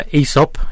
Aesop